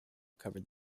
covered